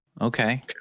Okay